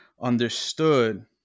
understood